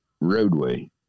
roadway